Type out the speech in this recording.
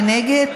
מי נגד?